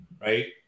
right